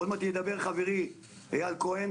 עוד מעט ידבר חברי איל כהן